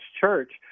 church